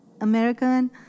American